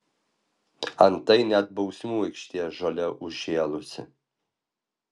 antai net bausmių aikštė žole užžėlusi